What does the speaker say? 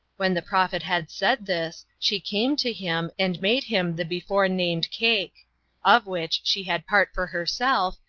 when the prophet had said this, she came to him, and made him the before-named cake of which she had part for herself,